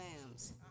lambs